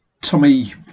Tommy